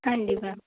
ਹਾਂਜੀ ਮੈਮ